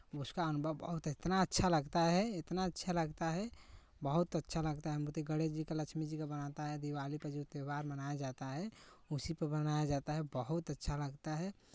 उसका अनुभव बहुत इतना अच्छा लगता है इतना अच्छा लगता है बहुत अच्छा लगता है मूर्ती गणेश जी का लक्ष्मी जी का बनाता है दीवाली पे जो त्योहार मनाया जाता है उसी पे बनाया जाता है बहुत अच्छा लगता है